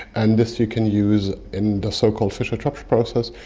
and this you can use in the so-called fischer-tropsch process,